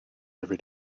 every